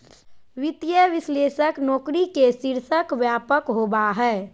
वित्तीय विश्लेषक नौकरी के शीर्षक व्यापक होबा हइ